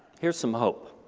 here's some hope.